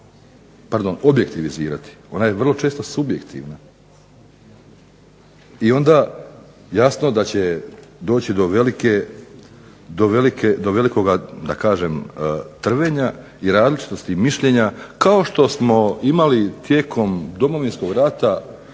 ju je objektivizirani, ona je vrlo često subjektivna i onda jasno da će doći do velikog trvenja i različitosti mišljenja kao što smo imali tijekom Domovinskog rata